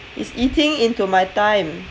it's eating into my time